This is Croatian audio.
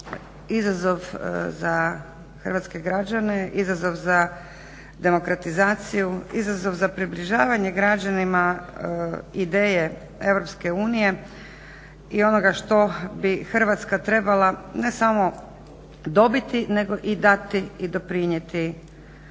izazov za hrvatske građane, izazov za demokratizaciju, izazov za približavanje građanima ideje EU i onoga što bi Hrvatska trebala, ne samo dobiti nego i dati i doprinijeti